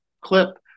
clip